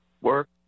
Work